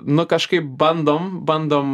nu kažkaip bandom bandom